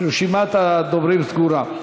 רשימת הדוברים סגורה.